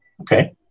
Okay